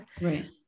Right